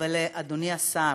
ולאדוני השר